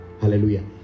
Hallelujah